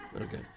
okay